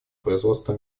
производства